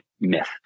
myth